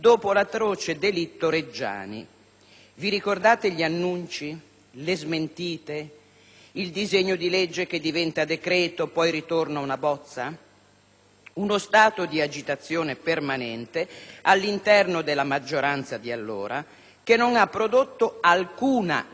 Vi ricordate gli annunci, le smentite, il disegno di legge che diventa decreto e poi ritorna ad essere una bozza? Uno stato di agitazione permanente all'interno della maggioranza di allora, che non produsse alcuna legge sulla sicurezza.